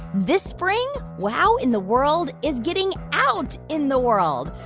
this spring, wow in the world is getting out in the world.